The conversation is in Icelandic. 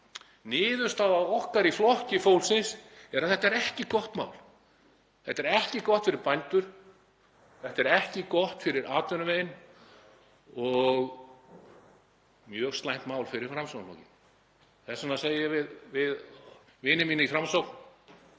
Niðurstaða okkar í Flokki fólksins er að þetta er ekki gott mál. Þetta er ekki gott fyrir bændur. Þetta er ekki gott fyrir atvinnuveginn og mjög slæmt mál fyrir Framsóknarflokkinn. Þess vegna segi ég við vini mína í Framsókn: